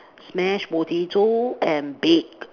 mash potato and bake